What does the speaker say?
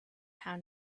town